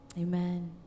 Amen